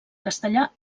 castellà